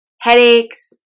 headaches